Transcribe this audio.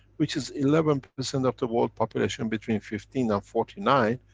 which is eleven percent of the world population, between fifteen and forty nine,